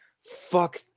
Fuck